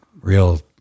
real